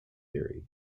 theory